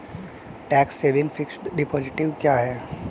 Tax saving fixed deposit क्या है?